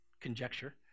conjecture